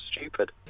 stupid